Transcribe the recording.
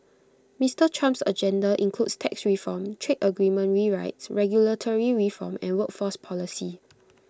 Mister Trump's agenda includes tax reform trade agreement rewrites regulatory reform and workforce policy